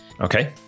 Okay